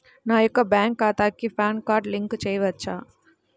నా యొక్క బ్యాంక్ ఖాతాకి పాన్ కార్డ్ లింక్ చేయవచ్చా?